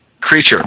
Creature